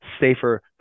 safer